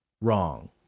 wrong